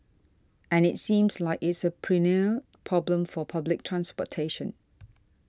and it seems like it's a perennial problem for public transportation